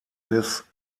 des